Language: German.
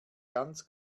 ganz